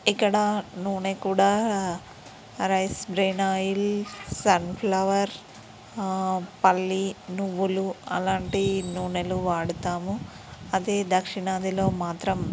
ఇక్కడ నూనె కూడా rice bran oil sunflower పల్లి నువ్వులు అలాంటి నూనెలు వాడతాము అదే దక్షిణాదిలో మాత్రం